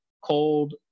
cold